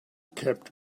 kept